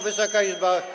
Wysoka Izbo!